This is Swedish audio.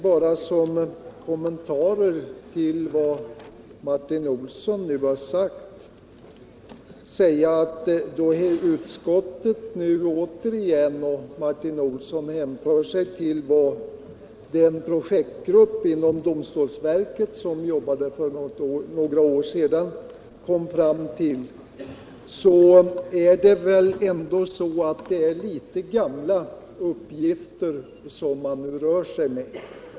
Bara som en kommentar till Martin Olsson vill jag anföra att om Martin Olsson hänvisar till vad projektgruppen inom domstolsverket för några år sedan kom fram till, så är de uppgifterna väl gamla.